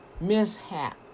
mishap